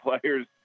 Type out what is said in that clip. players